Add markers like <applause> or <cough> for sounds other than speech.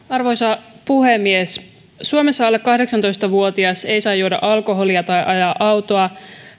<unintelligible> arvoisa puhemies suomessa alle kahdeksantoista vuotias ei saa juoda alkoholia tai ajaa autoa